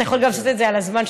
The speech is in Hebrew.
אתה יכול גם לעשות את זה על הזמן,